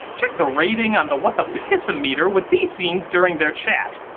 check the rating on the what the piss-o-meter with these scenes during their chat.